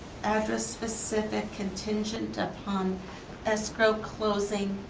address specific, contingent upon escrow closing